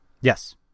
Yes